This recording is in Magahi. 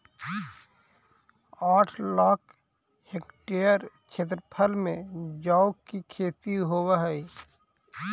आठ लाख हेक्टेयर क्षेत्रफल में जौ की खेती होव हई